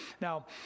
Now